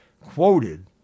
quoted